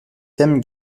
thèmes